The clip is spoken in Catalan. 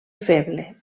feble